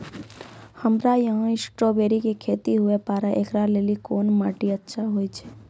हमरा यहाँ स्ट्राबेरी के खेती हुए पारे, इकरा लेली कोन माटी अच्छा होय छै?